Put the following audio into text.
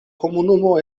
komunumo